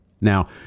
Now